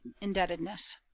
indebtedness